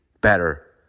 better